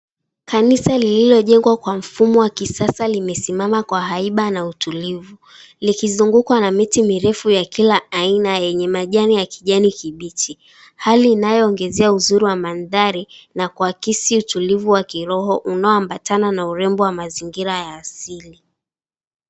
Kanisa lililojengwa kwa mfumo wa kisasa limesimama kwa haiba na utulivu, likizungukwa na miti mirefu ya kila aina yenye majani ya kijani kibichi. Hali inayoongezea uzuri wa mathari na kuakisi utulivu wa kiroho unao ambatana na urembo wa mazingira ya asili.